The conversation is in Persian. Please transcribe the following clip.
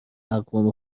اقوام